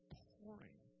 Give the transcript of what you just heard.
pouring